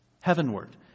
heavenward